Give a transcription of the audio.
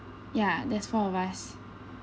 ya that's four of us